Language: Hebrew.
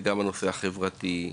זה הנושא החברתי,